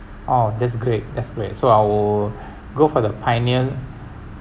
orh that's great that's great so I will go for the pioneer